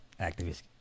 activists